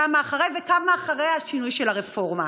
כמה אחרי וכמה אחרי השינוי של הרפורמה.